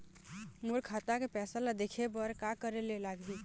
मोर खाता के पैसा ला देखे बर का करे ले लागही?